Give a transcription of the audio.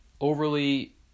overly